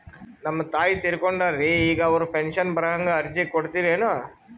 ನಮ್ ತಾಯಿ ತೀರಕೊಂಡಾರ್ರಿ ಈಗ ಅವ್ರ ಪೆಂಶನ್ ಬರಹಂಗ ಅರ್ಜಿ ಕೊಡತೀರೆನು?